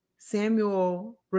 Samuel